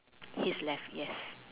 his left yes